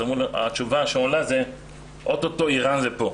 אז התשובה שעולה זה אוטוטו איראן זה פה.